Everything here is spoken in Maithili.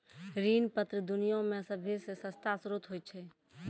ऋण पत्र दुनिया मे सभ्भे से सस्ता श्रोत होय छै